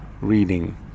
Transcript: reading